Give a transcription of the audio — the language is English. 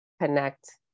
connect